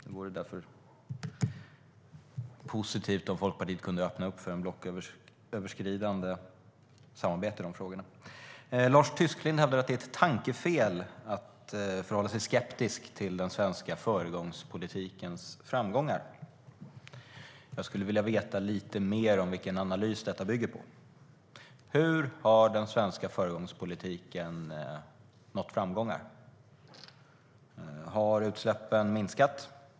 Det vore därför positivt om Folkpartiet kunde öppna upp för ett blocköverskridande samarbete i de frågorna. Lars Tysklind hävdar att det är ett tankefel att förhålla sig skeptisk till den svenska föregångspolitikens framgångar. Jag skulle vilja veta lite mer om vilken analys detta bygger på. Hur har den svenska föregångspolitiken nått framgångar? Har utsläppen minskat?